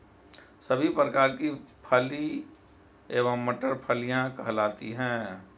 सभी प्रकार की फली एवं मटर फलियां कहलाती हैं